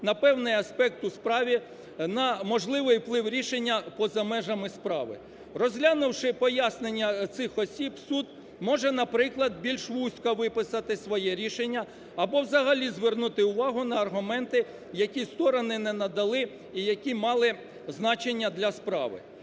на певний аспект у справі на можливий вплив рішення поза межами справи. Розглянувши пояснення цих осіб, суд може, наприклад, може більш вузько виписати своє рішення або взагалі звернути увагу на аргументи, які сторони не надали і які мали значення для справи.